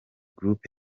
group